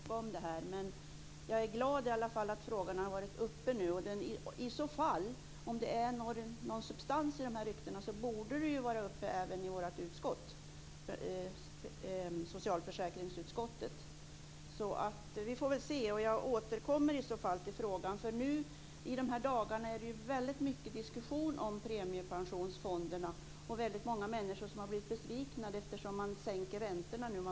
Herr talman! Jag visste inte att det var Finansdepartementet som ansvarade för det här. Men jag är i alla fall glad över att frågan har varit uppe. Om det finns någon substans i dessa rykten borde ju frågan tas upp även i socialförsäkringsutskottet, men vi får väl se hur det blir. Jag återkommer i så fall till denna fråga. I dessa dagar förs det väldigt mycket diskussion om premiepensionsfonderna. Det är många människor som har blivit besvikna eftersom räntorna nu sänks.